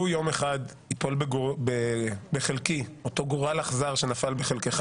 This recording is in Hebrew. לו יום אחד ייפול בחלקי אותו גורל אכזר שנפל בחלקך,